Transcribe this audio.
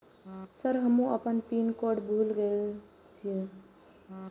Sir हमू अपना PIN code भूल गेल जीये?